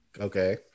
Okay